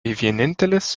vienintelis